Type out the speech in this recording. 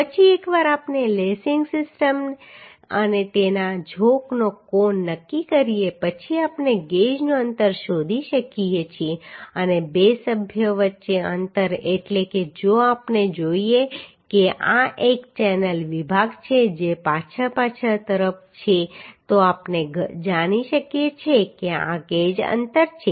પછી એકવાર આપણે લેસીંગ સિસ્ટમ અને તેના ઝોકનો કોણ નક્કી કરીએ પછી આપણે ગેજનું અંતર શોધી શકીએ છીએ અને બે સભ્યો વચ્ચેનું અંતર એટલે કે જો આપણે જોઈએ કે આ એક ચેનલ વિભાગ છે જે પાછળ પાછળ તરફ છે તો આપણે જાણી શકીએ છીએ કે આ ગેજ અંતર છે